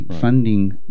funding